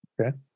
Okay